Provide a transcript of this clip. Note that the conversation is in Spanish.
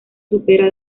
supera